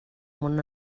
món